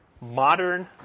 Modern